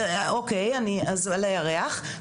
אוקי, אז על הירח.